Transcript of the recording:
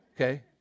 Okay